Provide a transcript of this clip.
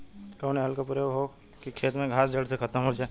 कवने हल क प्रयोग हो कि खेत से घास जड़ से खतम हो जाए?